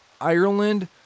Ireland